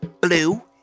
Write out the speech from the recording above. blue